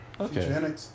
Okay